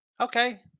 Okay